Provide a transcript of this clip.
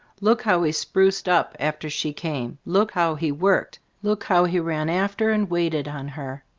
look how he spruced up after she came! look how he worked! look how he ran after and waited on her!